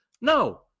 No